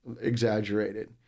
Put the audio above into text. exaggerated